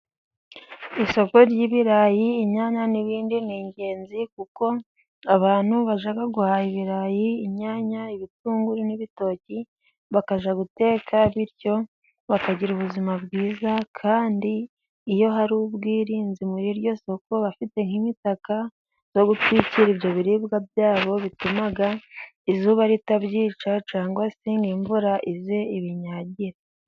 Isoko ry'ibirayi, inyanya n'ibindi ni ingenzi kuko abantu bajya guhaha ibirayi, inyanya, ibitunguru n'ibitoki bakajya guteka, bityo bakagira ubuzima bwiza kandi iyo hari ubwirinzi muri iryo soko bafite nk'imitaka zo gutwikira ibyo biribwa byabo bituma izuba ritabyica cyangwa se ngo imvura ize ibinyagire.